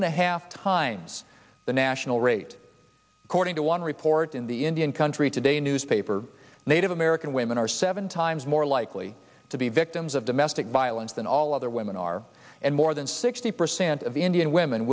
and a half times the national rate according to one report in the indian country today newspaper native american women are seven times more likely to be victims of domestic violence than all other women are and more than sixty percent of the indian women